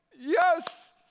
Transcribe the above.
Yes